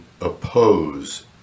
oppose